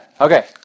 Okay